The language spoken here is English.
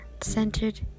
centered